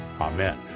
Amen